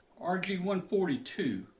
RG142